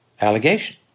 allegation